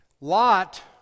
Lot